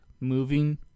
moving